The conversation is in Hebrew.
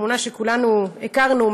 בתמונה שכולנו הכרנו,